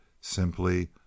simply